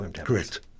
Correct